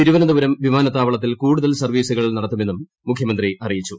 തിരുവനന്തപുരം വിമാനത്താവളത്തിൽ കൂടുതൽ സർവ്വീസുകൾ നടത്തുമെന്നും മുഖ്യമന്ത്രി അറിയിച്ചു